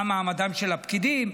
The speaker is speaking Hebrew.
מה מעמדם של הפקידים.